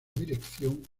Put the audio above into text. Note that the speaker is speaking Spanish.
dirección